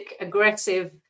aggressive